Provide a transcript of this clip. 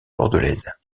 bordelaise